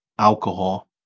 alcohol